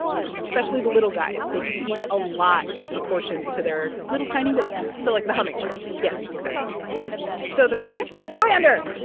you know, especially the little guys. they can eat a lot in proportion to their little tiny weight so like the hummingbird yes, exactly so the verdict? slander.